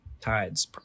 tides